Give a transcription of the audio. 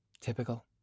Typical